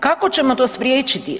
Kako ćemo to spriječiti?